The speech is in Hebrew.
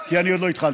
כי אני עוד לא התחלתי.